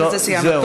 בזה סיימנו.